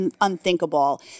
unthinkable